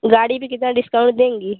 गाड़ी पर कितना डिस्काउंट देंगी